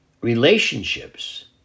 relationships